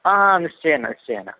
निश्चयेन निश्चयेन